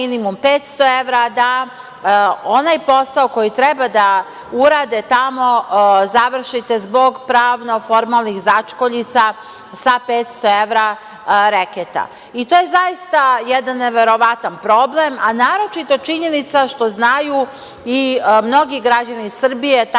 minimum 500 evra da onaj posao koji treba da urade tamo završite zbog pravno-formalnih začkoljica sa 500 evra reketa i to je zaista jedan neverovatan problem, a naročito činjenica što znaju i mnogi građani Srbije,